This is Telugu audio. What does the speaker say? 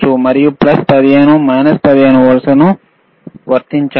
మరియు ప్లస్ 15 మైనస్ 15 వోల్ట్లను వర్తించండి